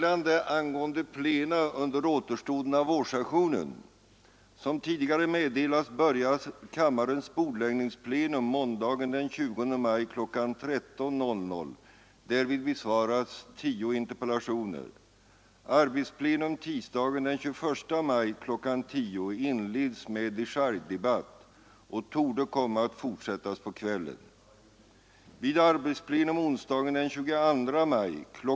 Arbetsplenum tisdagen den 21 maj kl. 10.00 inleds med dechargedebatt och torde komma att fortsättas på kvällen. Vid arbetsplenum onsdagen den 22 maj kl.